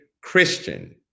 Christian